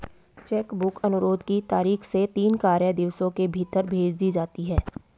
check book अनुरोध की तारीख से तीन कार्य दिवसों के भीतर भेज दी जाती है